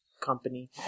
company